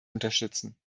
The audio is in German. unterstützen